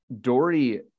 Dory